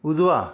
उजवा